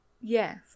Yes